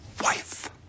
Wife